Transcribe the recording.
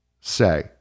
say